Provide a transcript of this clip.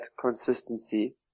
consistency